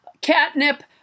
catnip